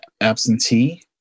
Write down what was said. absentee